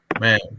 Man